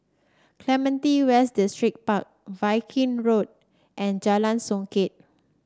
Clementi West Distripark Viking Road and Jalan Songket